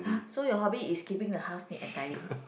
so your hobby is keeping the house neat and tidy